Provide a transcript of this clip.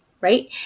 right